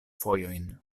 fojojn